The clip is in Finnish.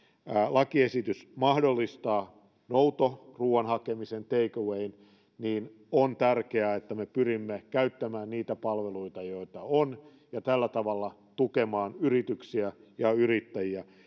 lakiesitys mahdollistaa noutoruoan hakemisen take awayn niin on tärkeää että me pyrimme käyttämään niitä palveluita joita on ja tällä tavalla tukemaan yrityksiä ja yrittäjiä